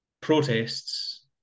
protests